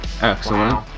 Excellent